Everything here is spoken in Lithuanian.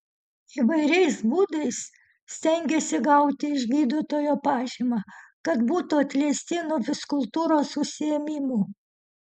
įvairiais būdais stengiasi gauti iš gydytojo pažymą kad būtų atleisti nuo fizkultūros užsiėmimų